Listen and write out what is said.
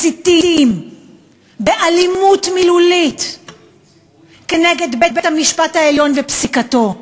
מסיתים באלימות מילולית נגד בית-המשפט העליון ופסיקתו.